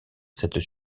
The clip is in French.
cette